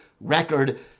record